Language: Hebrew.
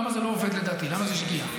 למה זה לא עובד ולדעתי זו שגיאה.